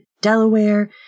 Delaware